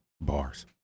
Bars